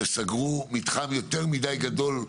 שסגרו מתחם יותר מדי גדול?